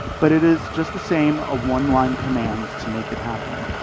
but it is just the same, a one-line command, to make it happen.